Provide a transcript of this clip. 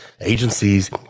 agencies